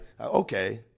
okay